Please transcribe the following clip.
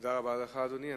רבה לך, אדוני.